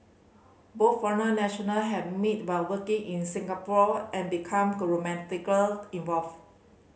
both foreign national had meet by working in Singapore and become involved